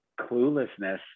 cluelessness